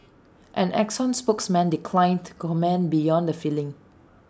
an exxon spokesman declined to comment beyond the filing